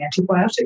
antibiotic